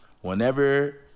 whenever